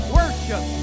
worship